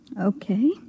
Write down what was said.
Okay